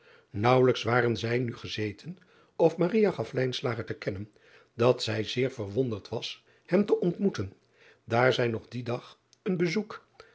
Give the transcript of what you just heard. aauwelijks waren zij nu gez ten of gaf te kennen dat zij zeer verwonderd was hem te ontmoeten daar zij nog dien dag een bezoek